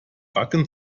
backen